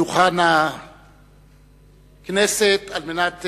לדוכן על מנת